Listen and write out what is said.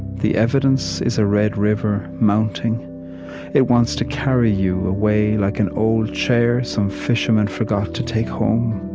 the evidence is a red river, mounting it wants to carry you away like an old chair some fisherman forgot to take home.